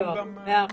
מאה אחוז.